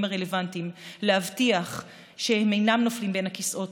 הרלוונטיים להבטיח שהם אינם נופלים בין הכיסאות,